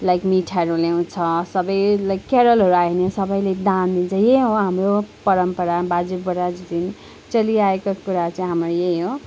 like मिठाईहरू ल्याँउछ सबै लाइक क्यारलहरू आयो भने सबैले दान दिन्छ यही हो हाम्रो परम्परा बाजे बराजुदेखिन् चलिआएको कुरा चाहिँ हाम्रो यही हो